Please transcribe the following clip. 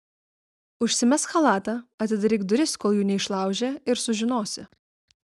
užsimesk chalatą atidaryk duris kol jų neišlaužė ir sužinosi